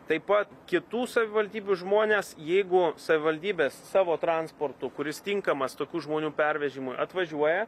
taip pat kitų savivaldybių žmones jeigu savivaldybės savo transportu kuris tinkamas tokių žmonių pervežimui atvažiuoja